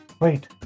Wait